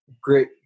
Great